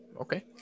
Okay